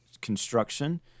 construction